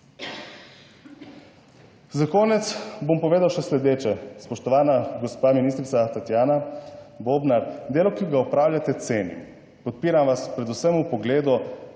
Za konec bom povedal še sledeče. Spoštovana gospa ministrica Tatjana Bobnar delo, ki ga opravljate, cenim, podpiram vas predvsem v pogledu,